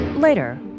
Later